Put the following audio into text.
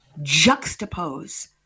juxtapose